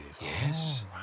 Yes